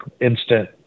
instant